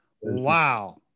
Wow